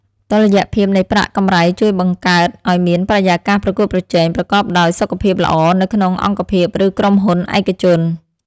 តុល្យភាពនៃប្រាក់កម្រៃជួយបង្កើតឱ្យមានបរិយាកាសប្រកួតប្រជែងប្រកបដោយសុខភាពល្អនៅក្នុងអង្គភាពឬក្រុមហ៊ុនឯកជន។